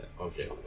Okay